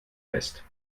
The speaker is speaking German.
fest